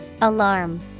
Alarm